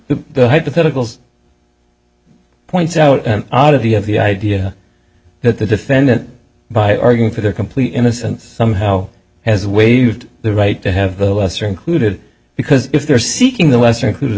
the hypotheticals points out of the of the idea that the defendant by arguing for their complete innocence somehow has waived the right to have the lesser included because if they're seeking the lesser includ